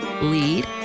Lead